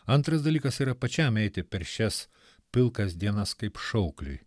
antras dalykas yra pačiam eiti per šias pilkas dienas kaip šaukliui